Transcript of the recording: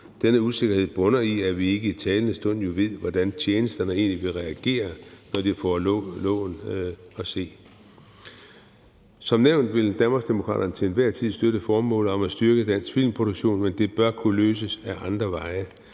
Denne usikkerhed bunder i, at vi ikke i talende stund ved, hvordan tjenesterne egentlig vil reagere, når de får loven at se. Som nævnt vil Danmarksdemokraterne til enhver tid støtte formålet om at styrke dansk filmproduktion, men det bør kunne løses ad andre veje,